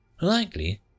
Likely